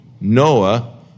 Noah